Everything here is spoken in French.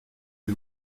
une